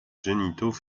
génitaux